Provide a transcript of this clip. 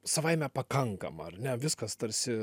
savaime pakankama ar ne viskas tarsi